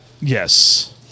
Yes